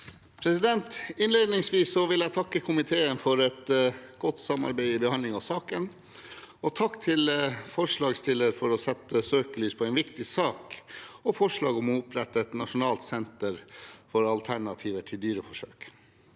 for saken): Innledningsvis vil jeg takke komiteen for et godt samarbeid i behandlingen av saken, og takk til forslagstillerne for at de setter søkelys på en viktig sak og fremmer forslag om å opprette et nasjonalt senter for alternativer til dyreforsøk.